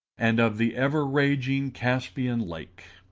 and of the ever-raging caspian lake.